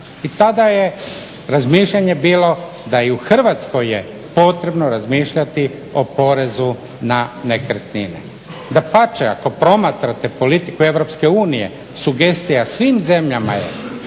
I tada je razmišljanje da je i u Hrvatskoj potrebno razmišljati o porezu na nekretnine. Dapače ako promatrate politiku EU sugestija svim zemljama je